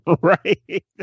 Right